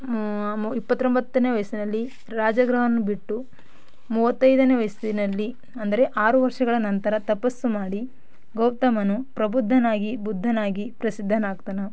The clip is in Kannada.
ಮು ಇಪ್ಪತ್ತೊಂಬತ್ತನೇ ವಯಸ್ಸಿನಲ್ಲಿ ರಾಜಗೃಹವನ್ನು ಬಿಟ್ಟು ಮೂವತ್ತೈದನೇ ವಯಸ್ಸಿನಲ್ಲಿ ಅಂದರೆ ಆರು ವರ್ಷಗಳ ನಂತರ ತಪಸ್ಸು ಮಾಡಿ ಗೌತಮನು ಪ್ರಬುದ್ಧನಾಗಿ ಬುದ್ಧನಾಗಿ ಪ್ರಸಿದ್ಧನಾಗ್ತಾನೆ